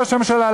ראש הממשלה,